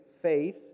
faith